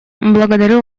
благодарю